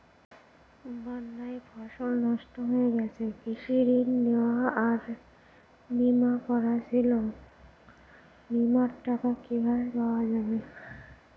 বন্যায় ফসল নষ্ট হয়ে গেছে কৃষি ঋণ নেওয়া আর বিমা করা ছিল বিমার টাকা কিভাবে পাওয়া যাবে?